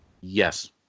yes